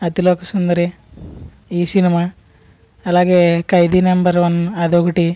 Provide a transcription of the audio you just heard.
అతిలోక సుందరి ఈ సినిమా అలాగే Khaidi number one అదొకటి